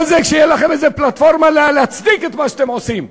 כל זה כדי שיהיה לכם איזה פלטפורמה להצדיק את מה שאתם עושים.